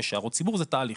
הערות ציבור זה תהליך.